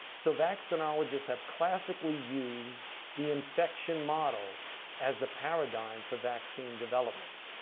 so vaccinologists have classically used the infection model as the paradigm for vaccine development.